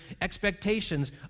expectations